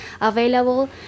available